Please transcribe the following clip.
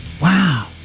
Wow